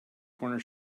corner